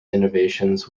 innovations